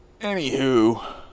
Anywho